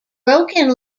broken